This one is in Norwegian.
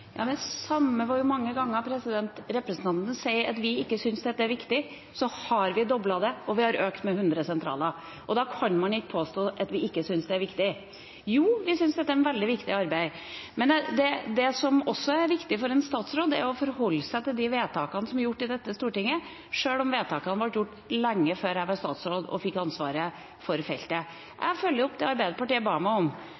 mange ganger representanten sier at vi ikke syns dette er viktig, så har vi doblet det og økt med 100 sentraler. Da kan man ikke påstå at vi ikke syns det er viktig. Jo, vi syns dette er et veldig viktig arbeid. Det som også er viktig for en statsråd, er å forholde seg til de vedtakene som er gjort i dette stortinget, sjøl om vedtakene ble gjort lenge før jeg ble statsråd og fikk ansvaret for feltet.